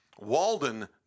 Walden